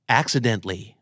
accidentally